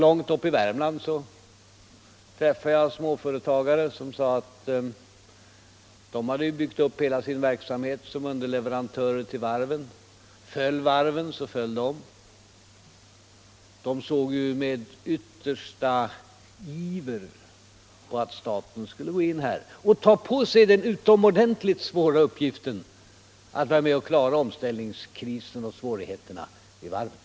Långt uppe i Värmland har jag träffat småföretagare som sagt att de hade byggt upp hela sin verksamhet som underleverantörer till varven, och föll varven, föll också deras företag. De emotsåg därför med yttersta iver att staten skulle gå in i varven och ta på sig den utomordentligt svåra uppgiften att vara med om att klara omställningskrisen och undanröja svårigheterna vid varven.